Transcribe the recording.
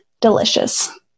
delicious